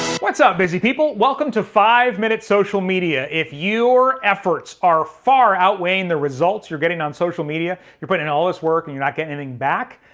what's up, busy people? welcome to five minute social media. if your efforts are far outweighing the results you're getting on social media, you're putting in all this work and you're not getting anything back?